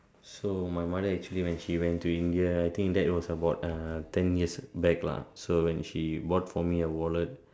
so my mother actually when she went to India I think that was about uh ten years back lah so when she bought for me a wallet